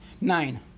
Nine